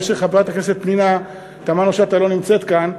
אני רואה שחברת הכנסת פנינה תמנו-שטה לא נמצאת כאן,